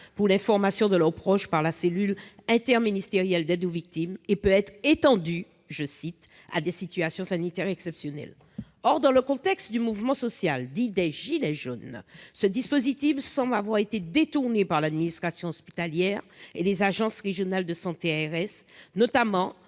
pour l'information de leurs proches par la cellule interministérielle d'aide aux victimes » et peut être étendue à des « situations sanitaires exceptionnelles ». Or, dans le contexte du mouvement social dit des gilets jaunes, ce dispositif semble avoir été détourné par l'administration hospitalière et les agences régionales de santé, notamment